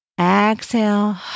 exhale